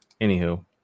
Anywho